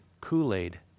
Kool-Aid